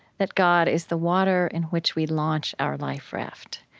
that god is the water in which we launch our life raft.